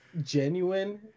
genuine